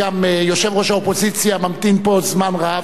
גם יושב-ראש האופוזיציה ממתין פה זמן רב,